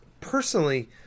personally